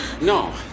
No